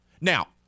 Now